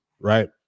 right